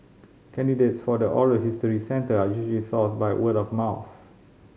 candidates for the oral history centre are usually sourced by word of mouth